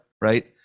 right